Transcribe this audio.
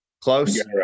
Close